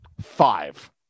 Five